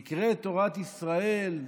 היא נקראת תורת ישראל,